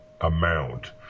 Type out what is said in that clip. amount